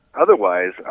Otherwise